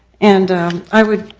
and i would,